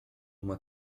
uma